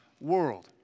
world